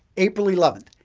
april eleventh,